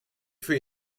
für